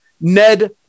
Ned